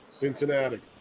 Cincinnati